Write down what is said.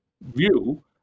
view